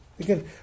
Again